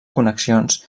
connexions